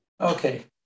Okay